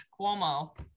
Cuomo